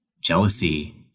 jealousy